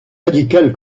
radical